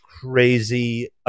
crazy